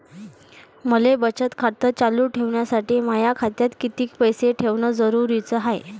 मले बचत खातं चालू ठेवासाठी माया खात्यात कितीक पैसे ठेवण जरुरीच हाय?